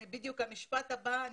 זה המשפט הבא שלי.